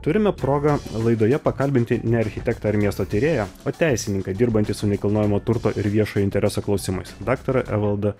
turime progą laidoje pakalbinti ne architektą ar miesto tyrėją o teisininką dirbantį su nekilnojamo turto ir viešojo intereso klausimais daktarą evalda